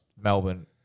Melbourne